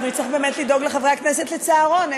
אנחנו נצטרך באמת לדאוג לחברי הכנסת לצהרון,